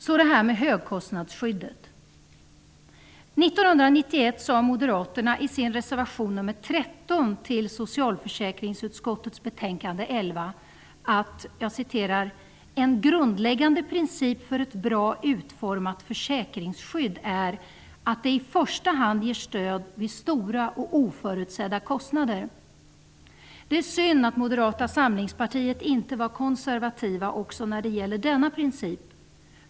När det gäller högkostnadsskyddet sade Moderaterna 1991 i sin reservation nr 13 till socialförsäkringsutskottets betänkande 11: ''En grundläggande princip för ett bra utformat försäkringsskydd är -- att det i första hand ger stöd vid stora och oförutsedda kostnader.'' Det är synd att Moderata samlingspartiet inte var konservativt också när det gäller denna princip.